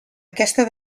aquesta